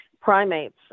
primates